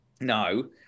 No